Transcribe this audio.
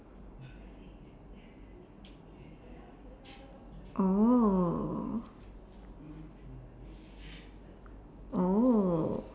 oh oh